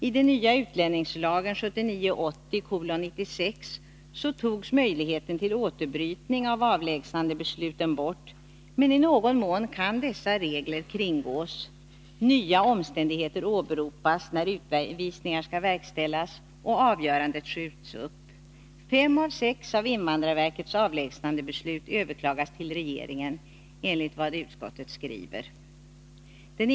I den nya utlänningslagen togs möjligheten till s.k. återbrytning av avlägsnandebesluten bort. Men i någon mån kan reglerna kringgås: Nya omständigheter åberopas när utvisningar skall verkställas och avgöranden skjuts upp. Fem av sex av invandrarverkets avlägsnandebeslut överklagas enligt vad utskottet skriver till regeringen.